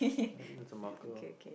have you had some marker